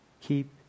Keep